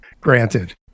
Granted